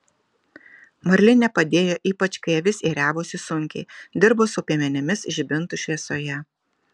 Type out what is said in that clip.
marlinė padėjo ypač kai avis ėriavosi sunkiai dirbo su piemenimis žibintų šviesoje